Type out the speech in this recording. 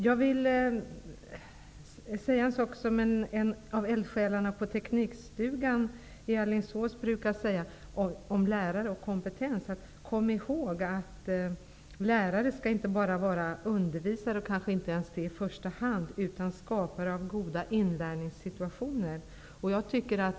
Jag vill säga något, som en av eldsjälarna på teknikstugan i Alingsås brukar säga, om lärare och kompetens: Man skall komma ihåg att lärare inte bara skall vara undervisare -- kanske inte ens i första hand -- utan också skapare av goda inlärningssituationer.